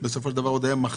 שבסופו של דבר היה מחסור.